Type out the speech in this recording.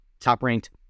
Top-ranked